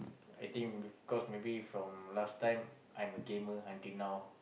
I think because maybe from last time I'm a gamer until now